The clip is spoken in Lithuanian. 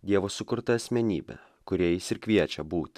dievo sukurta asmenybe kuriais ir kviečia būt